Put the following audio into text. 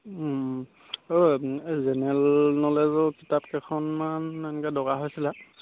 ঐ জেনেৰেল নলেজৰ কিতাপ কেইখনমান এনেকৈ দৰকাৰ হৈছিলে